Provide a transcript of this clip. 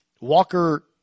Walker